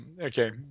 Okay